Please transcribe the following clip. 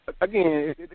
Again